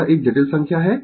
यह एक जटिल संख्या है